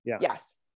Yes